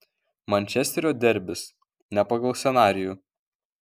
mančesterio derbis ne pagal scenarijų